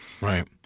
Right